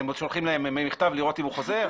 אתם שולחים להם מכתב לראות אם הוא חוזר?